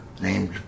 named